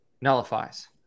Nullifies